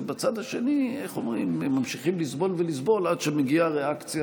ובצד השני ממשיכים לסבול ולסבול עד שמגיעה ריאקציה